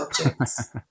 objects